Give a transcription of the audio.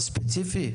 ספציפי?